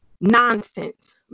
nonsense